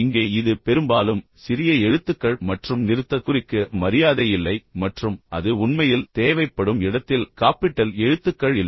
இங்கே இது பெரும்பாலும் சிறிய எழுத்துக்கள் மற்றும் நிறுத்தற்குறிக்கு மரியாதை இல்லை மற்றும் அது உண்மையில் தேவைப்படும் இடத்தில் காப்பிட்டல் எழுத்துக்கள் இல்லை